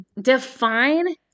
define